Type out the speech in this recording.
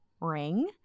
Ring